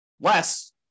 Less